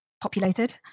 populated